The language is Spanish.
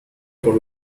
por